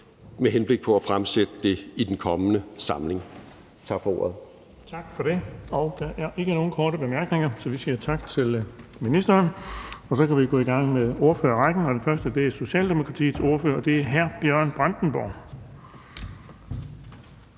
med henblik på at fremsætte det i den kommende samling. Tak for ordet. Kl. 10:03 Den fg. formand (Erling Bonnesen): Tak for det. Der er ikke nogen korte bemærkninger, så vi siger tak til ministeren. Og så kan vi gå i gang med ordførerrækken. Den første er Socialdemokratiets ordfører, og det er hr. Bjørn Brandenborg.